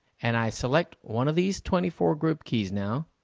and i select one of these twenty four group keys now.